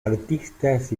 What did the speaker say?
artistas